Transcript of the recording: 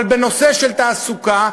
אבל בנושא של תעסוקה,